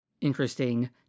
interesting